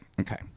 okay